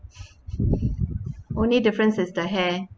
only difference is the hair